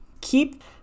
keep